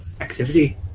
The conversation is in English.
activity